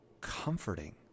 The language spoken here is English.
comforting